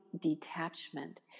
detachment